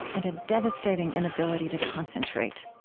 and a devastating inability to concentrate.